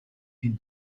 been